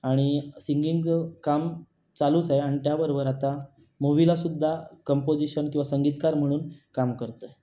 आणि सिंगिंग काम चालूच आहे आणि त्याबरोबर आता मूवीलासुद्धा कंपोजिशन किंवा संगीतकार म्हणून काम करतो आहे